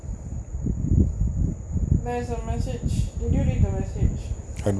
there is a message did you read the message